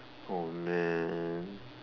oh man